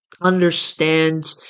understand